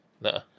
No